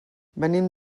venim